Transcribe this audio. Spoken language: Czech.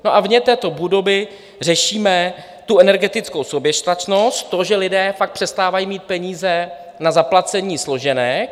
A vně této budovy řešíme tu energetickou soběstačnost, to, že lidé fakt přestávají mít peníze na zaplacení složenek.